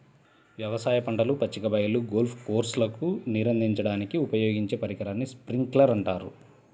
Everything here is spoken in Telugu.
వ్యవసాయ పంటలు, పచ్చిక బయళ్ళు, గోల్ఫ్ కోర్స్లకు నీరందించడానికి ఉపయోగించే పరికరాన్ని స్ప్రింక్లర్ అంటారు